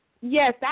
Yes